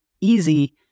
easy